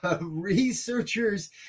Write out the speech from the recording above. Researchers